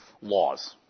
laws